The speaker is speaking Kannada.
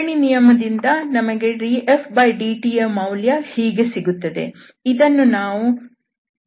ಸರಣಿ ನಿಯಮ ದಿಂದ ನಮಗೆ dfdtಯ ಮೌಲ್ಯ ಹೀಗೆ ಸಿಗುತ್ತದೆ ಇದನ್ನು ನಾವು∇f⋅drdt ಎಂದೂ ಬರೆಯಬಹುದು